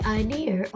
idea